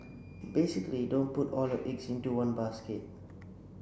basically don't put all your eggs into one basket